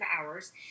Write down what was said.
hours